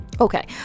okay